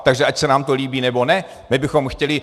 Takže ať se nám to líbí, nebo ne, my bychom chtěli...